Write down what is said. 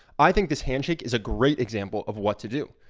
i think this handshake is a great example of what to do.